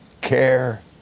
care